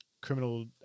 criminal